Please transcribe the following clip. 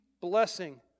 blessing